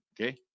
okay